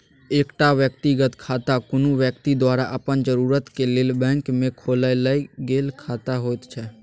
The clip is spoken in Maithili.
एकटा व्यक्तिगत खाता कुनु व्यक्ति द्वारा अपन जरूरत के लेल बैंक में खोलायल गेल खाता होइत छै